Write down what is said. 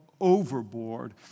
overboard